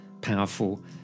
powerful